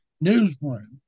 newsroom